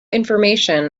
information